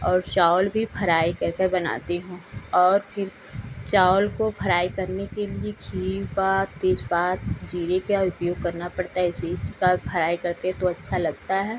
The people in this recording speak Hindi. और चावल भी फ्राई कर कर बनाती हूँ और फिर चावल को फ्राई करने के लिए घी का तेजपात जीरे का उपयोग करना पड़ता है इसी इसका फ्राई करते हैं तो अच्छा लगता है